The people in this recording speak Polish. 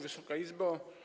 Wysoka Izbo!